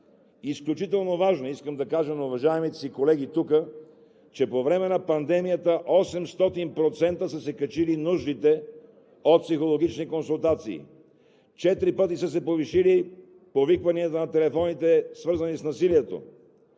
изключително важно, искам да кажа на уважаемите си колеги тук, че по време на пандемията 800% са се качили нуждите от психологични консултации, 4 пъти са се повишили повикванията на телефоните, свързани с насилието,